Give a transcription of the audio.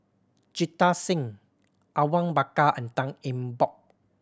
Jita Singh Awang Bakar and Tan Eng Bock